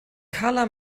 karla